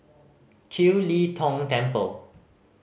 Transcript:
Kiew Lee Tong Temple